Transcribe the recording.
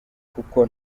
kuko